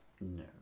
No